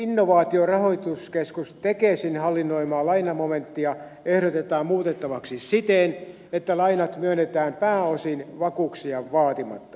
innovaatiorahoituskeskus tekesin hallinnoimaa lainamomenttia ehdotetaan muutettavaksi siten että lainat myönnetään pääosin vakuuksia vaatimatta